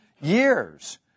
years